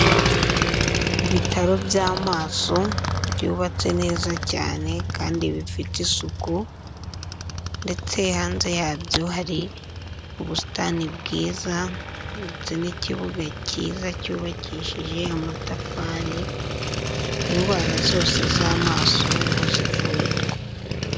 Ibitaro by'amaso byubatse neza cyane kandi bifite isuku ndetse hanze yabyo hari ubusitani bwiza ndetse n'ikibuga kiza cyubakishije amatafari, indwara zose z'amaso niho zivurirwa.